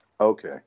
Okay